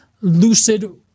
lucid